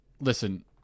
listen